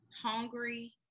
hungry